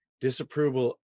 Disapproval